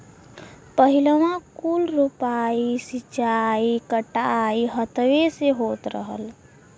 पहिलवाँ कुल रोपाइ, सींचाई, कटाई हथवे से होत रहल